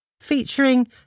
featuring